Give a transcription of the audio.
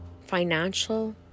financial